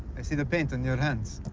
i see the paint on your hands.